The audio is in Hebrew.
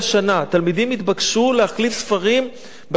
התלמידים נתבקשו להחליף ספרים בשנה,